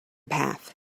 path